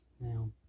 Now